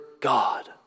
God